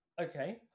Okay